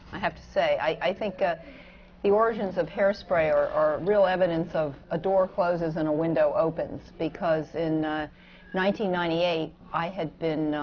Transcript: i have to say. i think the origins of hairspray are are real evidence of a door closes, and a window opens, because in ninety ninety eight i had been